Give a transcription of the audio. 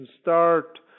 start